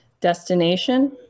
destination